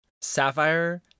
Sapphire